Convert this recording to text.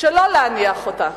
שלא להניח אותה.